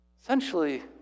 Essentially